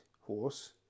horse